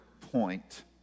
point